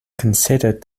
considered